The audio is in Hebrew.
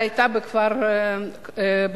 שהיתה בכפר ערבי,